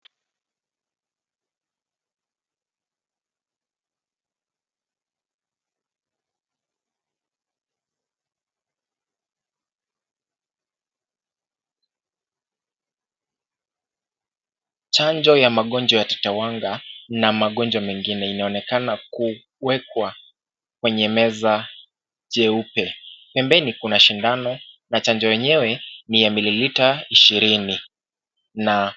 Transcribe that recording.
Chanjo ya magonjwa ya Tetewanga na magonjwa mengine inaonekana kuwekwa kwenye meza jeupe. Pembeni kuna shindano na chanjo yenyewe ni ya mililita ishirini na...